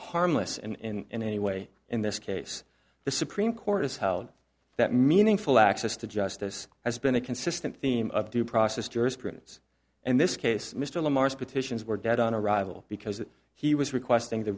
harmless and in any way in this case the supreme court has held that meaningful access to justice has been a consistent theme of due process jurisprudence and this case mr lamar's petitions were dead on arrival because he was requesting the